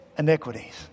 iniquities